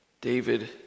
David